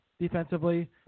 defensively